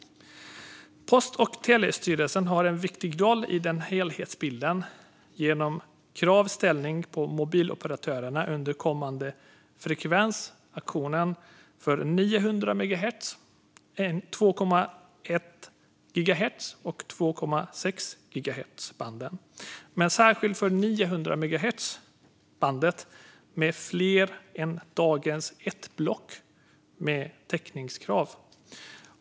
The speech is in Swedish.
Post och telestyrelsen har en viktig roll i denna helhetsbild genom att ställa krav på mobiloperatörerna under kommande frekvensauktion för 900-megahertzbandet, 2,1-gigahertzbandet och 2,6-gigahertzbandet, men särskilt för 900-megahertzbandet med fler än dagens ett block med täckningskrav.